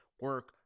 Work